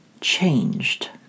changed